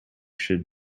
should